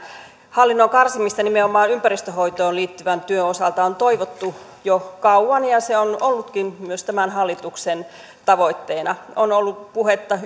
hallinnon karsimista nimenomaan ympäristön hoitoon liittyvän työn osalta on toivottu jo kauan ja se on ollutkin myös tämän hallituksen tavoitteena on ollut puhetta